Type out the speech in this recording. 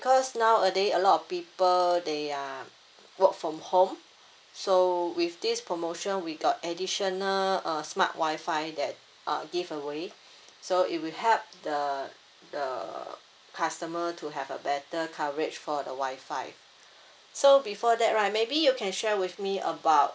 nowadays a lot of people they are work from home so with this promotion we got additional uh smart wi-fi that uh give away so it will help the the customer to have a better coverage for the wi-fi so before that right maybe you can share with me about